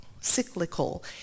cyclical